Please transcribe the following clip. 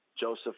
Joseph